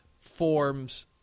forms